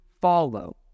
follow